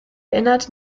erinnert